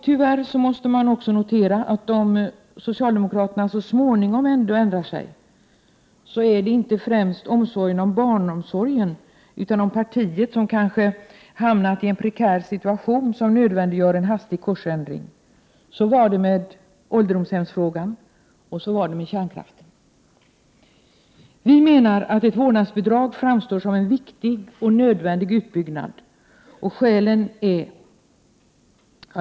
Tyvärr måste man också notera att om socialdemokraterna ändå så småningom ändrar sig, så är det inte främst omsorgen om barnomsorgen utan om partiet, som kanske hamnat i en prekär situation som nödvändiggör en hastig kursändring. Så var det med ålderdomshemsfrågan, och så var det med kärnkraften. Vi menar att ett vårdnadsbidrag framstår som en viktig och nödvändig utbyggnad.